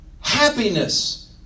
Happiness